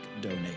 donate